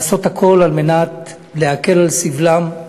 לעשות הכול על מנת להקל על סבלם,